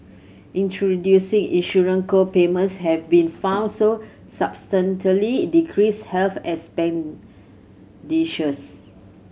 introducing insurance co payments have been found so decrease health expenditures